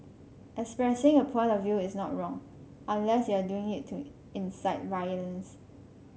expressing a point of view is not wrong unless you're doing it to incite violence